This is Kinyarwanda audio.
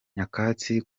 nyakatsi